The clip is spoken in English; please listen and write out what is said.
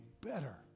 better